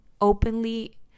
openly